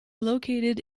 located